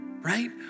right